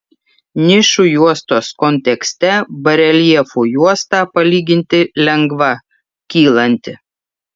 nišų juostos kontekste bareljefų juosta palyginti lengva kylanti